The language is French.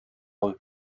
eux